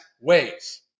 ways